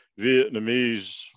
Vietnamese